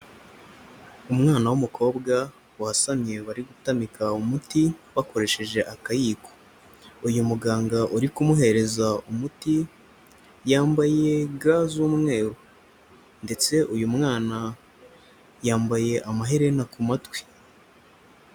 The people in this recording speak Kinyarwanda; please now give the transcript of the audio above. Umwana w'umukobwa wasamye bari gutamika umuti bakoresheje akayiko. Uyu muganga uri kumuhereza umuti, yambaye ga z'umweru, ndetse uyu mwana yambaye amaherena ku matwi.